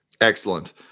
Excellent